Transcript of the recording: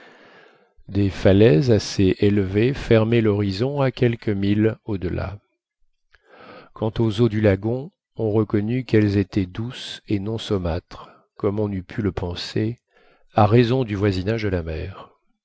des falaises assez élevées fermaient l'horizon à quelques milles au-delà quant aux eaux du lagon on reconnut qu'elles étaient douces et non saumâtres comme on eût pu le penser à raison du voisinage de la mer